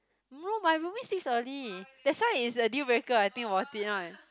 no my roomie sleeps early that's why it's a dealbreaker I think about it right